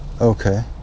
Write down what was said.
Okay